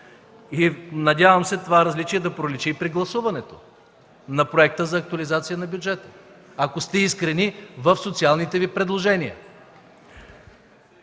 И надявам се това различие да проличи и при гласуването на проекта за актуализация на бюджета, ако сте искрени в социалните Ви предложения.